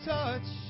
touch